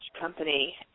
company